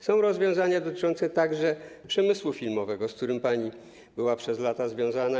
Są rozwiązania dotyczące także przemysłu filmowego, z którym pani była przez lata związana.